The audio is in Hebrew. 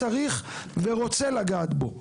צריך ורוצה לגעת בו.